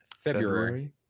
February